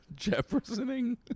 Jeffersoning